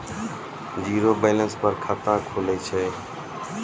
Zero balance पर खाता खुले छै?